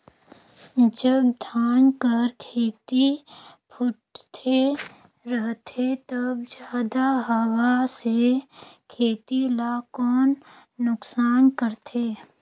जब धान कर खेती फुटथे रहथे तब जादा हवा से खेती ला कौन नुकसान होथे?